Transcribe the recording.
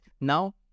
now